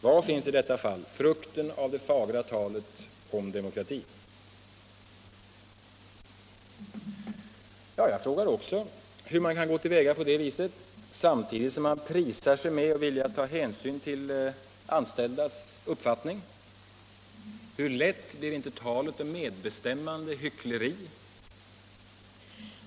Var finns i detta fall frukten av det fagra talet om demokrati?” Jag frågar också hur man kan gå till väga på det viset samtidigt som man berömmer sig av att vilja ta hänsyn till de anställdas uppfattning. Hur lätt blir inte talet om medbestämmande till hyckleri.